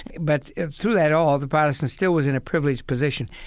but through that all, the protestant still was in a privileged position.